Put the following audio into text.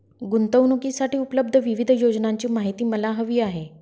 गुंतवणूकीसाठी उपलब्ध विविध योजनांची माहिती मला हवी आहे